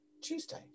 tuesday